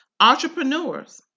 Entrepreneurs